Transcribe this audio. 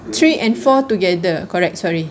three and four together correct sorry